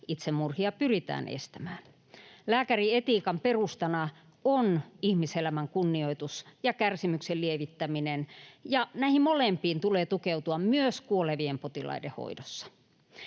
itsemurhia pyritään estämään. Lääkärietiikan perustana on ihmiselämän kunnioitus ja kärsimyksen lievittäminen, ja näihin molempiin tulee tukeutua myös kuolevien potilaiden hoidossa.